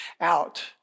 out